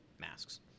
masks